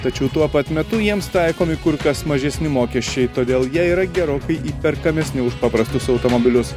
tačiau tuo pat metu jiems taikomi kur kas mažesni mokesčiai todėl jie yra gerokai įperkamesni už paprastus automobilius